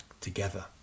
together